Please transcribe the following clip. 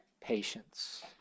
patience